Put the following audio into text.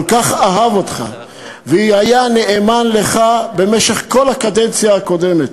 כל כך אהב אותך והיה נאמן לך במשך כל הקדנציה הקודמת,